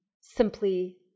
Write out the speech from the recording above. simply